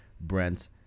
Brent